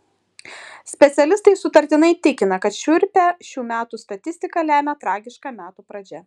specialistai sutartinai tikina kad šiurpią šių metų statistiką lemia tragiška metų pradžia